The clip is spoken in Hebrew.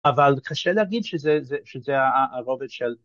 ‫אבל קשה להגיד שזה הרובט של...